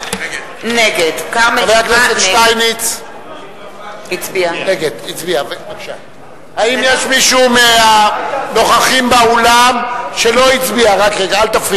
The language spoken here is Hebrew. נגד האם יש מישהו מהנוכחים באולם שלא הצביע?